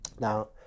Now